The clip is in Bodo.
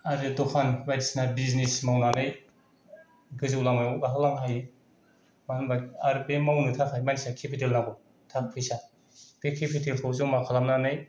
आरो द'खान बायदिसिना बिजिनेस मावनानै गोजौ लामायाव गाखोलांनो हायो बा होनबाय आरो बे मावनो थाखाय मानसिया केपिटेल नांगौ थाखा फैसा बे केपिथेलखौ ज'मा खालामनानै